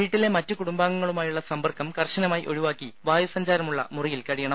വീട്ടിലെ മറ്റ് കുടുംബാംഗങ്ങളുമായുള്ള സമ്പർക്കം കർശനമായി ഒഴിവാക്കി വായു സഞ്ചാരമുള്ള മുറിയിൽ കഴിയണം